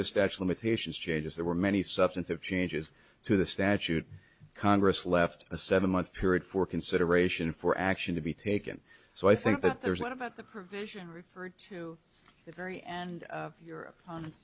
just actual imitation changes there were many substantive changes to the statute congress left a seven month period for consideration for action to be taken so i think that there's a lot about the provision referred to the very end of your op